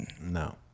No